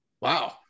Wow